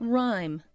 Rhyme